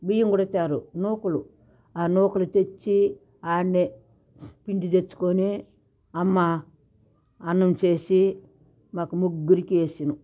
బియ్యం కొడతారు నూకలు ఆ నూకలు తెచ్చి ఆడనే పిండి తెచ్చుకుని అమ్మ అన్నం చేసి మాకు ముగ్గురుకీ వేసెను